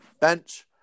bench